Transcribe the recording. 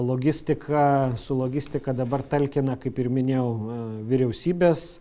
logistika su logistika dabar talkina kaip ir minėjau vyriausybės